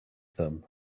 them